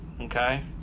Okay